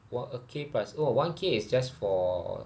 one a K plus oh one one K is just for